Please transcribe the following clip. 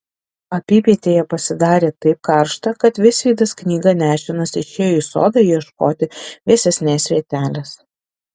apypietėje pasidarė taip karšta kad visvydas knyga nešinas išėjo į sodą ieškoti vėsesnės vietelės